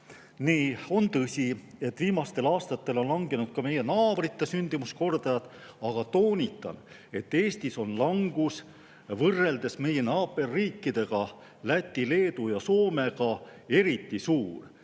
On tõsi, et viimastel aastatel on langenud ka meie naabrite sündimuskordajad, aga toonitan, et Eestis on olnud langus võrreldes meie naaberriikide Läti, Leedu ja Soomega eriti suur.